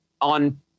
on